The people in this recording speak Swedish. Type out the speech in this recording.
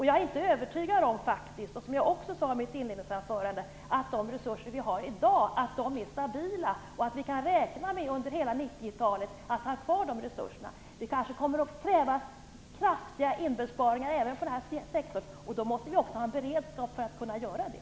Jag är faktiskt inte övertygad om att de resurser vi har i dag är stabila och att vi kan räkna med att ha kvar de resurserna under hela 90-talet. Det sade jag också i mitt inledningsanförande. Det kanske kommer att krävas kraftiga besparingar även i denna sektor, och då måste vi också ha en beredskap för att kunna göra det.